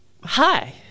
hi